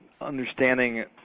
understanding